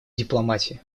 дипломатии